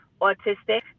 autistic